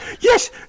Yes